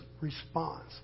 response